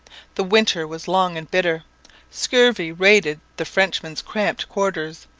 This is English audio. the winter was long and bitter scurvy raided the frenchmen's cramped quarters,